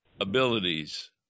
abilities